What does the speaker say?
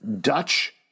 Dutch